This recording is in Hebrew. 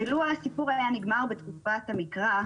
ולו הסיפור היה נגמר בתקופת המקרא,